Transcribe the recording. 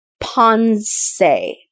ponce